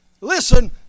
Listen